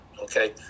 okay